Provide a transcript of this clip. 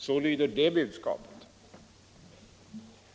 Så lyder det budskapet.